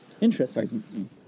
Interesting